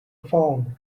phone